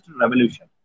revolution